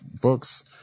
books